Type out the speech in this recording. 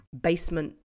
basement